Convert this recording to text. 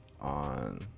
on